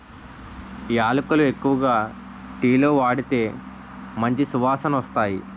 యాలకులు ఎక్కువగా టీలో వాడితే మంచి సువాసనొస్తాయి